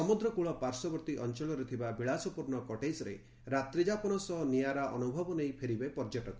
ସମୁଦ୍ରକୂଳ ପାର୍ଶ୍ୱବର୍ଭୀ ଅଞ୍ଚଳରେ ଥିବା ବିଳାସପୂର୍ଶ୍ୱ କଟେକ୍ରେ ରାତ୍ରିଯାପନ ସହ ନିଆରା ଅନୁଭବ ନେଇ ଫେରିବେ ପର୍ଯ୍ୟଟକ